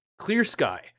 ClearSky